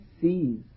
sees